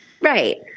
right